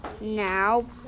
Now